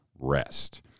rest